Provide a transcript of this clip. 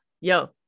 yo